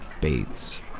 Bates